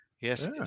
Yes